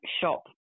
shop